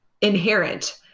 inherent